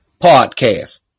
podcast